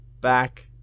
back